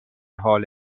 حال